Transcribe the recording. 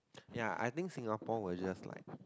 ya I think Singapore were just like